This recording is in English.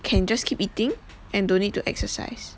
can just keep eating and don't need to exercise